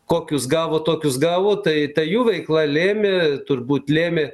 kokius gavo tokius gavo tai ta jų veikla lėmė turbūt lėmė